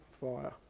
fire